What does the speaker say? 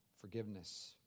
forgiveness